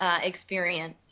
experience